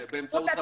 באמצעות ספק יחיד?